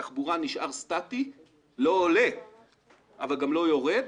שתחבורה נשאר סטטי, לא עולה אבל גם לא יורד.